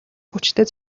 хүчтэй